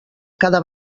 cada